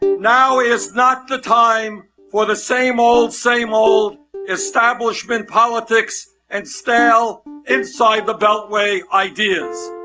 now is not the time for the same old same old establishment politics and stale inside-the-beltway ideas.